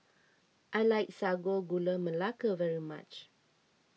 I like Sago Gula Melaka very much